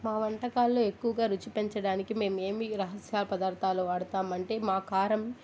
మా వంటకాలలో ఎక్కువగా రుచి పెంచడానికి మేము ఏమి రహస్య పదార్థాలు వాడతాం అంటే మా కారం